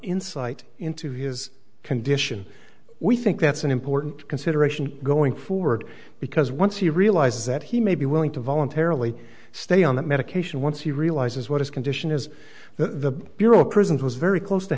insight into his condition we think that's an important consideration going forward because once he realizes that he may be willing to voluntarily stay on that medication once he realizes what his condition is the bureau of prisons was very close to